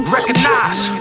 Recognize